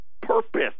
purpose